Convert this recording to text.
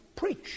preach